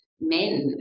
men